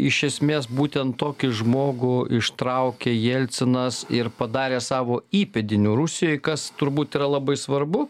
iš esmės būtent tokį žmogų ištraukė jelcinas ir padarė savo įpėdiniu rusijoj kas turbūt yra labai svarbu